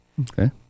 Okay